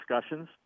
discussions